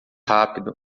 rápido